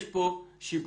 יש פה שיבוץ